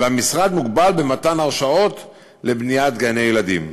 והמשרד מוגבל במתן הרשאות לבניית גני-ילדים.